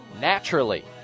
naturally